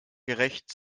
gerecht